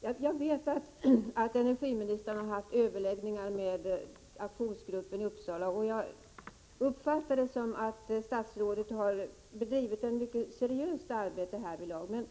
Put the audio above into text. Jag vet att energiministern har haft överläggningar med aktionsgruppen i Uppsala, och jag har uppfattat det så att hon har bedrivit ett mycket seriöst arbete härvidlag.